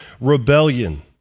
rebellion